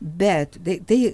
bet tai